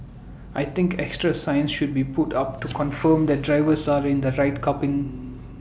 I think extra signs should be put up to confirm that drivers are in the right car pin